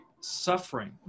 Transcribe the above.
suffering